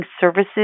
services